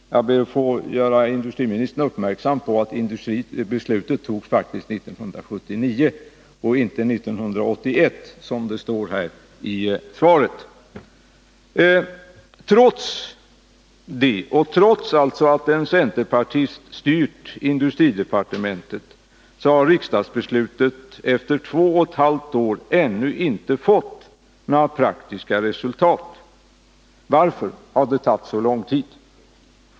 Jag ber att få göra industriministern uppmärksam på att beslutet faktiskt fattades 1979 och inte 1981 som det står i svaret. Trots det och trots att en centerpartist styrt industridepartementet har riksdagsbeslutet efter två och ett halvt år ännu inte gett några praktiska resultat. Varför har det tagit så lång tid?